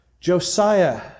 Josiah